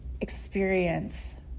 experience